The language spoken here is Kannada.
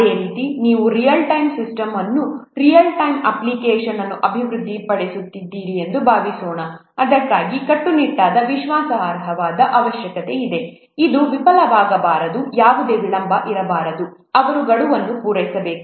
ಅದೇ ರೀತಿ ನೀವು ರಿಯಲ್ ಟೈಮ್ ಸಿಸ್ಟಮ್ ಅನ್ನು ರಿಯಲ್ ಟೈಮ್ ಅಪ್ಲಿಕೇಶನ್ ಅನ್ನು ಅಭಿವೃದ್ಧಿಪಡಿಸುತ್ತಿದ್ದೀರಿ ಎಂದು ಭಾವಿಸೋಣ ಇದಕ್ಕಾಗಿ ಕಟ್ಟುನಿಟ್ಟಾದ ವಿಶ್ವಾಸಾರ್ಹ ಅವಶ್ಯಕತೆಯಿದೆ ಅದು ವಿಫಲವಾಗಬಾರದು ಯಾವುದೇ ವಿಳಂಬ ಇರಬಾರದು ಅವರು ಗಡುವನ್ನು ಪೂರೈಸಬೇಕು